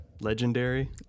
Legendary